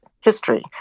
history